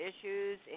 issues